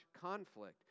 conflict